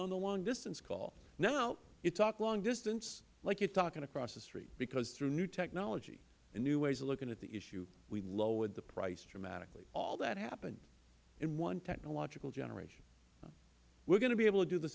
on the long distance call now you talk long distance like you are talking across the street because through new technology and new ways of looking at the issue we have lowered the price dramatically all that happened in one technological generation we are going to be able to do the